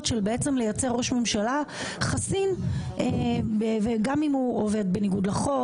של לייצר ראש ממשלה חסין גם אם הוא עובד בניגוד לחוק,